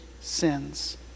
sins